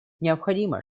необходимо